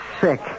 sick